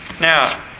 Now